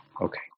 Okay